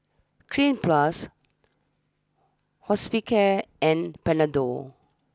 Cleanz Plus Hospicare and Panadol